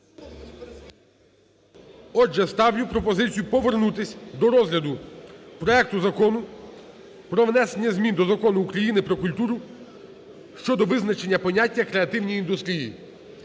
Отже, ставлю пропозицію повернутися до розгляду проекту Закону про внесення змін до Закону України "Про культуру" (щодо визначення поняття "креативні індустрії").